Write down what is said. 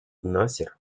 насер